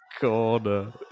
corner